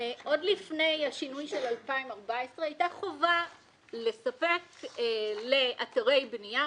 עוד לפני השינוי של 2014 הייתה חובה לספק לאתרי בנייה,